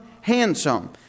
handsome